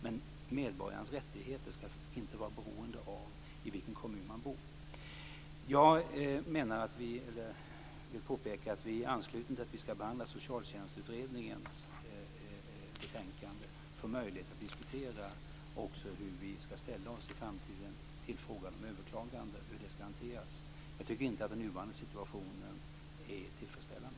Men medborgarens rättigheter skall inte vara beroende av i vilken kommun man bor. Jag vill påpeka att vi i anslutning till att vi skall behandla Socialtjänstutredningens betänkande får möjlighet att diskutera också hur vi i framtiden skall ställa oss till frågan om överklagande och hur det skall hanteras. Jag tycker inte att den nuvarande situationen är tillfredsställande.